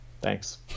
Thanks